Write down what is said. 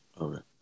Okay